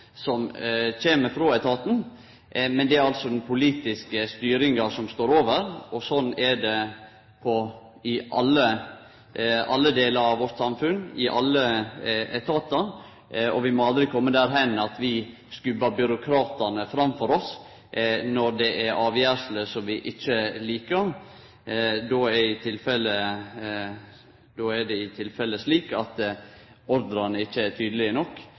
som kjem frå etaten, men det er altså den politiske styringa som står over. Sånn er det i alle delar av samfunnet vårt, i alle etatar. Vi må aldri kome dit at vi skubbar byråkratane framfor oss når det er avgjersler som vi ikkje likar. I så tilfelle er ikkje ordrane tydelege nok, og det